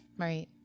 Right